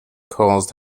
caused